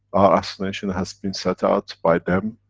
our assassination has been set out by them,